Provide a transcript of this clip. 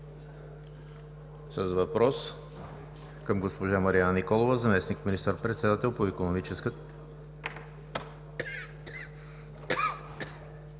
с въпрос към госпожа Марияна Николова – заместник министър-председател по икономическата